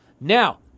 Now